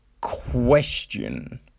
question